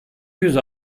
yüz